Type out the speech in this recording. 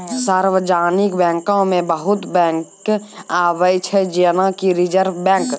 सार्वजानिक बैंको मे बहुते बैंक आबै छै जेना कि रिजर्व बैंक